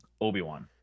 Obi-Wan